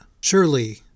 Surely